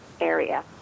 area